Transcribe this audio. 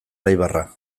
laibarra